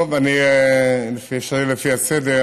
אני אשיב לפי הסדר.